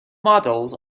models